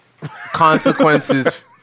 consequences